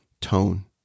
tone